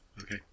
Okay